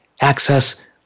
access